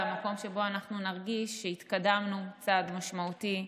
למקום שבו אנחנו נרגיש שהתקדמנו צעד משמעותי,